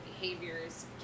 behaviors